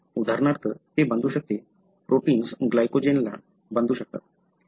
उदाहरणार्थ ते बांधू शकते प्रोटिन्स ग्लायकोजेनला बांधू शकतात